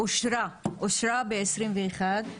אושרה ב-21'.